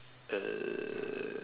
uh